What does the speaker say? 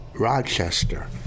Rochester